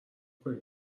کنی